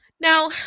Now